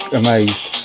amazed